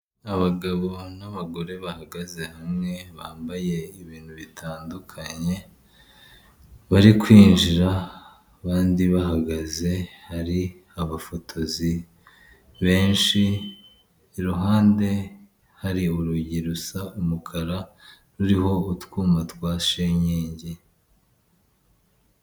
Abagabo n'abagore bahagaze hamwe bambaye ibintu bitandukanye, bari kwinjira abandi bahagaze, hari abafotozi benshi, iruhande hari urugi rusa umukara ruriho utwuma twa sekingi.